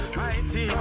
mighty